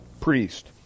priest